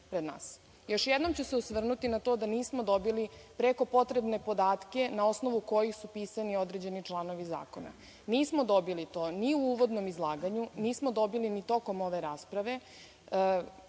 nas. Još jednom ću se osvrnuti na to da nismo dobili preko potrebne podatke na osnovu kojih su pisani određeni članovi zakona. Nismo dobili to ni u uvodnom izlaganju, nismo dobili ni tokom ove rasprave.